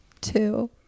two